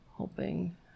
Hoping